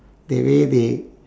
the way they